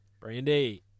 Brandy